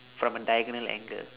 from a diagonal angle